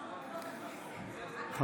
קיבלה אישור מיוחד להסתובב במסדרונות הכנסת,